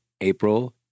April